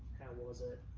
was it?